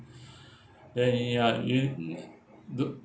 then ya didn't the